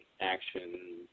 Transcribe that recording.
action